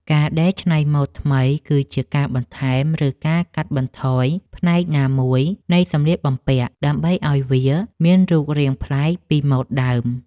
ការដេរច្នៃម៉ូដថ្មី គឺជាការបន្ថែម ឬកាត់បន្ថយផ្នែកណាមួយនៃសម្លៀកបំពាក់ ដើម្បីឱ្យវាមានរូបរាងប្លែកពីម៉ូដដើម។